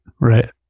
right